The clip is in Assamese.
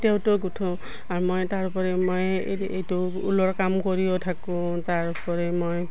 তেওঁৰটো গুঠো আৰু মই তাৰোপৰি মই এইটো ঊলৰ কাম কৰিও থাকোঁ তাৰোপৰি মই